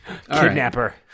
Kidnapper